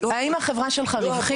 האם החברה שלך רווחית?